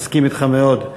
אני מסכים אתך מאוד.